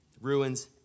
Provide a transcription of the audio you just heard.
ruins